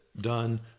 done